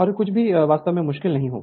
और कुछ भी वास्तव में मुश्किल नहीं है